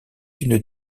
une